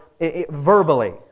verbally